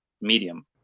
medium